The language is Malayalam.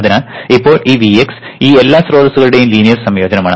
അതിനാൽ ഇപ്പോൾ ഈ Vx ഈ എല്ലാ സ്രോതസ്സുകളുടെയും ലീനിയർ സംയോജനമാണ്